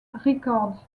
records